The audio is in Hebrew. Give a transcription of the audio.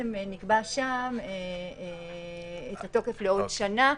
נקבע שם את התוקף לעוד שנה.